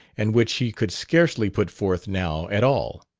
and which he could scarcely put forth now at all.